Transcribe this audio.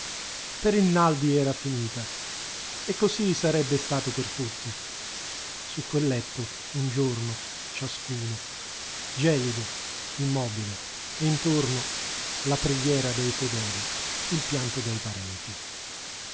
per il naldi era finita e così sarebbe stato per tutti su quel letto un giorno ciascuno gelido immobile e intorno la preghiera dei fedeli il pianto dei parenti